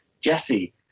Jesse